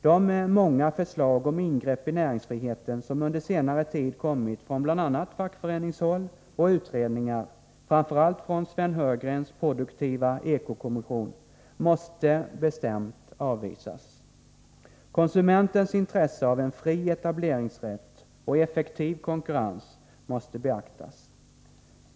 De många förslag om ingrepp i näringsfriheten som under senare tid kommit från bl.a. fackföreningshåll och utredningar, framför allt från Sven Heurgrens produktiva eko-kommission, måste bestämt avvisas. Konsumentens intresse av en fri etableringsrätt och effektiv konkurrens måste beaktas.